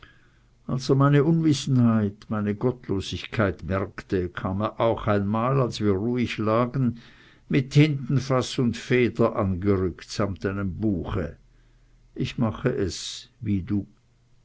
er meine unwissenheit meine gottlosigkeit merkte kam er auch einmal als wir ruhig lagen mit tintenfaß und feder angerückt samt einem buche ich machte es wie du